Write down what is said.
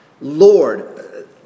Lord